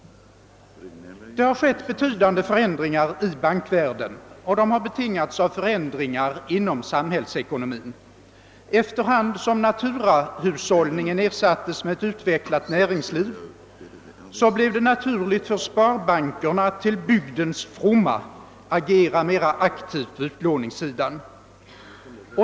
Det har skett betydande förändringar i bankvärlden, och de har betingats av förändringar inom samhällsekonomin. Efter hand som naturahushållningen ersattes med ett utvecklat näringsliv blev det naturligt för sparbankerna att till bygdens fromma agera mera aktivt på utlåningssidan.